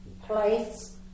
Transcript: place